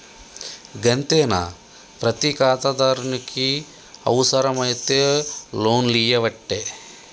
గంతేనా, ప్రతి ఖాతాదారునికి అవుసరమైతే లోన్లియ్యవట్టే